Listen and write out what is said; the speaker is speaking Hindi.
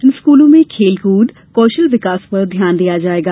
इन स्कूलों में खेलकूद कौशल विकास पर ध्यान दिया जायेगा